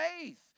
faith